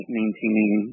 maintaining